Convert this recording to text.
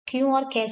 क्यों और कैसे